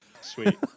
sweet